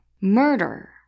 Murder